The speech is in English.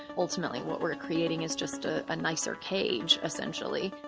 ultimately what we're creating is just a nicer cage, essentially.